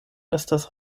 estas